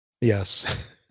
Yes